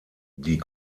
die